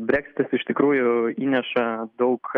breksitas iš tikrųjų įneša daug